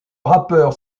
rappeur